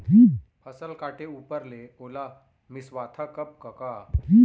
फसल काटे ऊपर ले ओला मिंसवाथा कब कका?